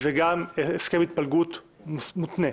וגם הסכם התפלגות מותנה.